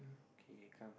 K come